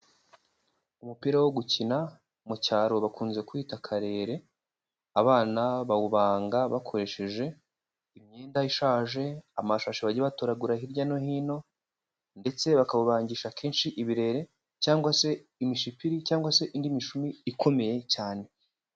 Umupira wo gukina mu cyaro bakunze kuwita karere, abana bawubanga bakoresheje, imyenda ishaje, amashashi bagiye batoragura hirya no hino, ndetse bakawubangisha kenshi ibirere cyangwa se imishipiri cyangwa se indi mishumi ikomeye cyane.